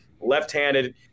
left-handed